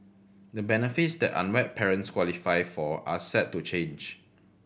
the benefits that unwed parents qualify for are set to change